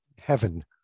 heaven